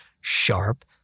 sharp